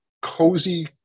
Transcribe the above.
cozy